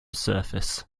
surface